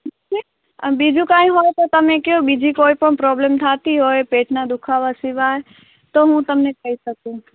અને બીજું કંઈ હોય તો તમે કહો બીજી કોઈપણ પ્રોબ્લેમ થતી હોય પેટ ના દુઃખાવા સિવાય તો હું તમને કહી શકું